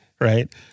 right